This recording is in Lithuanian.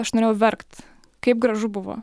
aš norėjau verkt kaip gražu buvo